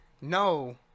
No